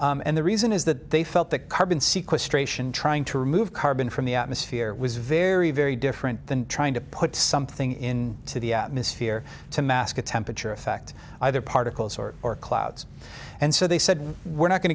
and the reason is that they felt that carbon sequestration trying to remove carbon from the atmosphere was very very different than trying to put something in to the atmosphere to mask a temperature effect either particles or clouds and so they said we're not going